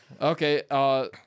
Okay